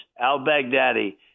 al-Baghdadi